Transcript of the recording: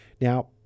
Now